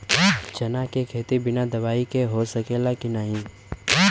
चना के खेती बिना दवाई के हो सकेला की नाही?